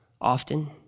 often